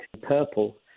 purple